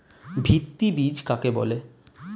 ভিত্তি বীজ কাকে বলে?